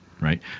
right